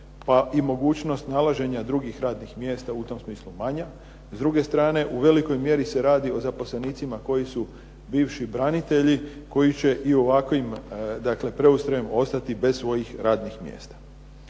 pa i mogućnost nalaženja drugih radnih mjesta, u tom smislu manja. S druge strane u velikoj mjeri se radi o zaposlenicima koji su bivši branitelji koji će i ovakvim preustrojem ostati bez svojih radnih mjesta.